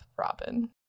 Robin